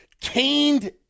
caned